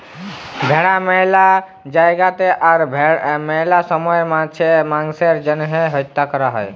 ভেড়া ম্যালা জায়গাতে আর ম্যালা সময়ে মাংসের জ্যনহে হত্যা ক্যরা হ্যয়